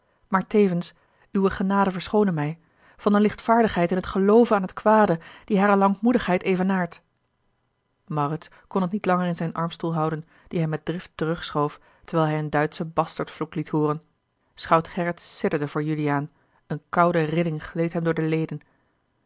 maar tevens uwe genade verschoone mij van een lichtvaardigheid in t gelooven aan het kwade die hare lankmoedigheid evenaart maurits kon het niet langer in zijn armstoel houden dien hij met drift terugschoof terwijl hij een duitschen bastertvloek liet hooren schout gerrit sidderde voor juliaan eene koude rilling gleed hem door de leden